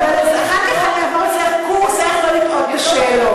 אחר כך אני אעבור אצלך קורס איך לא לטעות בשאלות,